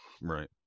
Right